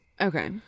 Okay